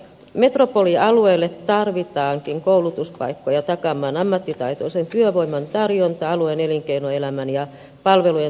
metropolialueelle tarvitaankin koulutuspaikkoja takaamaan ammattitaitoisen työvoiman tarjontaa alueen elinkeinoelämän ja palvelujen tuottamisen tarpeisiin